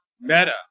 meta